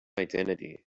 identity